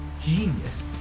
genius